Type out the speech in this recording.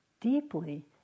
deeply